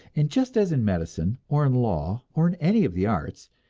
and just as in medicine, or in law, or in any of the arts,